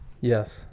Yes